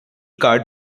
card